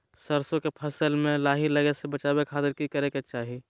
सरसों के फसल में लाही लगे से बचावे खातिर की करे के चाही?